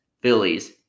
Phillies